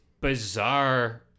bizarre